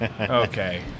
Okay